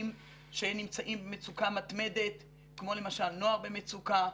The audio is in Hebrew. שנמצאים במצוקה מתמדת כמו למשל נוער במצוקה,